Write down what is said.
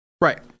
Right